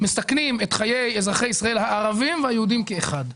מסכנים את חיי אזרחי ישראל הערבים והיהודים כאחד.